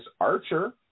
Archer